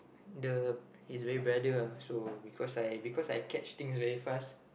the he's my brother ah so because I because I catch things very fast